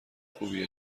خوبی